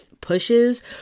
pushes